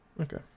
Okay